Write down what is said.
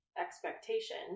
expectation